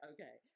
Okay